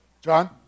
John